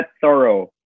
thorough